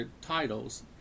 titles